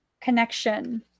connection